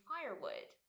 Firewood